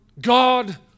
God